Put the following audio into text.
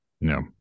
No